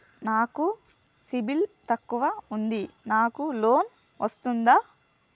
నాకు సిబిల్ తక్కువ ఉంది నాకు లోన్ వస్తుందా?